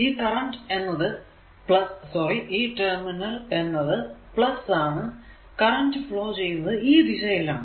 ഈ കറന്റ് എന്നത് സോറി ഈ ടെർമിനൽ എന്നത് ആണ് കറന്റ് ഫ്ലോ ചെയ്യുന്നത് ഈ ദിശയിൽ ആണ്